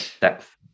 depth